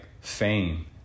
fame